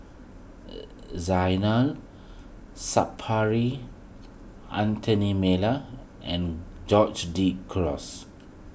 Zainal Sapari Anthony Miller and Geoge De Cruz